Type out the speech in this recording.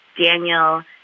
Daniel